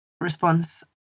response